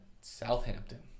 Southampton